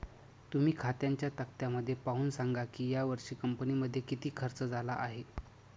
तुम्ही खात्यांच्या तक्त्यामध्ये पाहून सांगा की यावर्षी कंपनीमध्ये किती खर्च झाला आहे